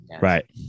right